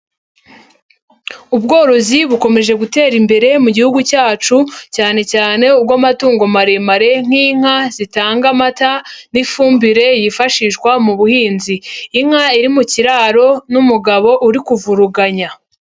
Ubworozi bukomeje gutera imbere mu gihugu cyacu, cyane cyane ubw'amatungo maremare nk'inka zitanga amata n'ifumbire yifashishwa mu buhinzi. Inka iri mu kiraro n'umugabo uri kuvuruganya.